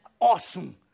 Awesome